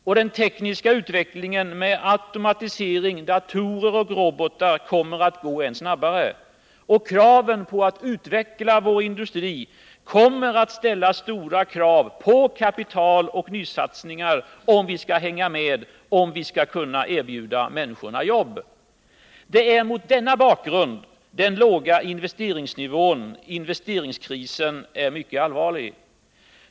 Och den tekniska utvecklingen med automatisering, datorer och robotar kommer att gå än snabbare. Kraven på att utveckla vår industri kommer att ställa stora anspråk på kapital och nysatsningar, om vi skall hänga med, om vi skall kunna erbjuda människorna jobb. Det är mot denna bakgrund den låga investeringsnivån, investeringskrisen, är mycket allvarlig.